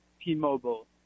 T-Mobile